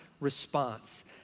response